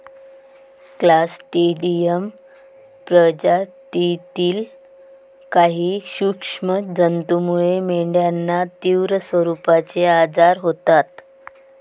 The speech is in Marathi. क्लॉस्ट्रिडियम प्रजातीतील काही सूक्ष्म जंतूमुळे मेंढ्यांना तीव्र स्वरूपाचे आजार होतात